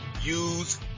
use